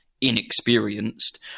inexperienced